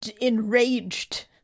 enraged